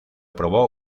probó